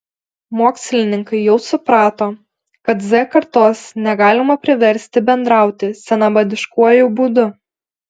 mokslininkai jau suprato kad z kartos negalima priversti bendrauti senamadiškuoju būdu